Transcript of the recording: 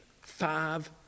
Five